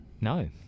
No